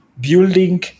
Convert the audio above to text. building